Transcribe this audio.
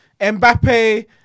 Mbappe